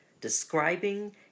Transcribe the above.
describing